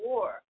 War